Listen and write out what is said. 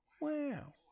Wow